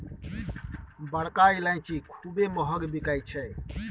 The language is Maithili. बड़का ईलाइची खूबे महँग बिकाई छै